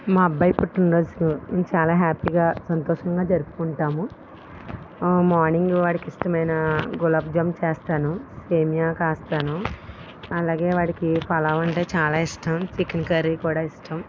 మా అబ్బాయి పుట్టినరోజు మేము చాలా హ్యాపీగా సంతోషంగా జరుపుకుంటాము మార్నింగ్ వాడికి ఇష్టమైన గులాబ్ జామ్ చేస్తాను సేమ్యా చేస్తాను అలాగే వాడికి పులావ్ అంటే చాలా ఇష్టం చికెన్ కర్రీ కూడా ఇష్టం